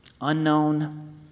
unknown